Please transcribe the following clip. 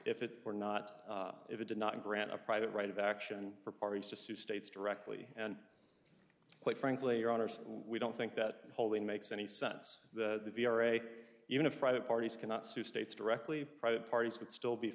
if it were not if it did not grant a private right of action for parties to sue states directly and quite frankly your honour's we don't think that holding makes any sense that the ira even if private parties cannot sue states directly private parties would still be